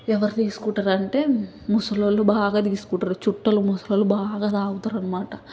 ఎవరు తీసుకుంటారంటే ముసలోళ్ళు బాగా తీసుకుంటారు చుట్టలు ముసలోళ్లు బాగా తాగుతారన్నమాట